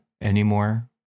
anymore